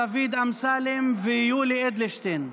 דוד אמסלם ויולי אדלשטיין.